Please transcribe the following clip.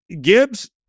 Gibbs